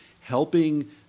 helping